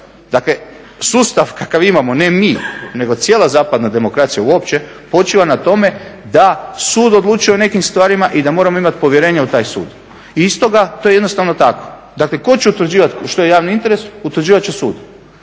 Dakle sustav kakav imamo ne mi nego cijela zapadna demokracija uopće počiva na tome da sud odlučuje o nekim stvarima i da moramo imati povjerenja u taj sud. Iz toga to je jednostavno tako. Dakle tko će odlučivati što je javni interes? Utvrđivati će sud.